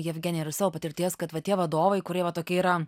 jevgenija ir iš savo patirties kad va tie vadovai kurie va tokie yra